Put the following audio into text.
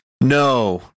No